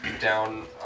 down